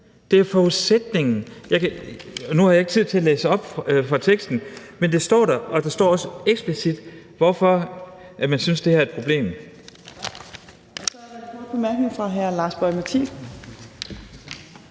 Det er forudsætningen. Nu har jeg ikke tid til at læse op fra teksten, men det står der, og der står også eksplicit, hvorfor man synes, det er et problem.